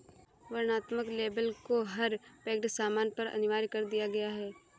वर्णनात्मक लेबल को हर पैक्ड सामान पर अनिवार्य कर दिया गया है